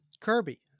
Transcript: Kirby